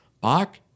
Bach